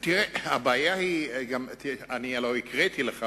תראה, הבעיה היא, אני הלוא הקראתי לך